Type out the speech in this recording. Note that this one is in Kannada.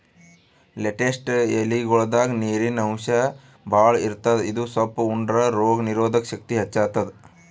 ಲೆಟ್ಟಸ್ ಎಲಿಗೊಳ್ದಾಗ್ ನೀರಿನ್ ಅಂಶ್ ಭಾಳ್ ಇರ್ತದ್ ಇದು ಸೊಪ್ಪ್ ಉಂಡ್ರ ರೋಗ್ ನೀರೊದಕ್ ಶಕ್ತಿ ಹೆಚ್ತಾದ್